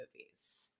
movies